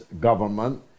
government